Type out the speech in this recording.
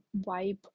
vibe